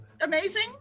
amazing